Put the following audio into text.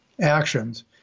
actions